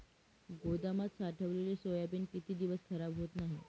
गोदामात साठवलेले सोयाबीन किती दिवस खराब होत नाही?